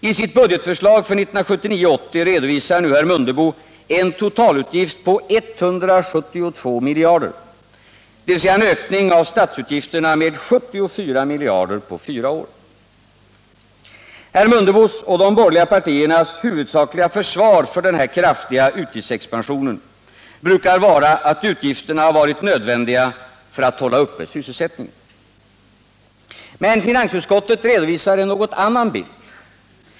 I sitt budgetförslag för 1979/80 redovisar nu herr Mundebo en totalutgift på 172 miljarder, dvs. en ökning av statsutgifterna med 74 miljarder på fyra år. Herr Mundebos — och de borgerliga partiernas — huvudsakliga försvar för denna kraftiga utgiftsexpansion brukar vara att utgirterna varit nödvändiga för att hålla uppe sysselsättningen. Men finansutskottet redovisar en något annan bild.